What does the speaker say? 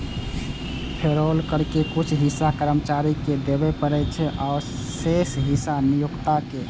payroll कर के कुछ हिस्सा कर्मचारी कें देबय पड़ै छै, आ शेष हिस्सा नियोक्ता कें